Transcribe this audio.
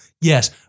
Yes